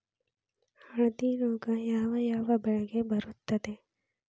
ಹಳದಿ ರೋಗ ಯಾವ ಯಾವ ಬೆಳೆಗೆ ಬರುತ್ತದೆ?